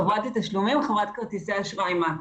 חברת התשלומים, חברת כרטיסי האשראי מקס.